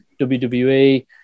WWE